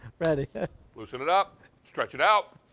loosen it up stretch it out.